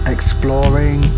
Exploring